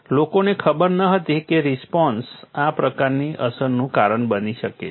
લોકોને ખબર નહોતી કે રેસોનાન્સ આ પ્રકારની અસરનું કારણ બની શકે છે